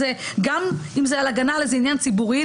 גם אם זה על הגנה על איזה עניין ציבורי,